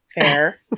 fair